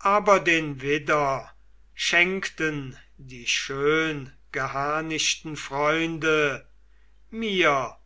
aber den widder schenkten die schöngeharnischten freunde mir